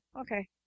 okay